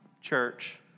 church